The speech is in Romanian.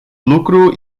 lucru